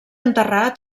enterrat